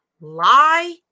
lie